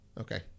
Okay